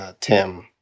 Tim